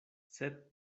sed